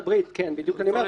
כן, בדיוק אני אומר.